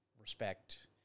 respect